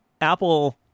Apple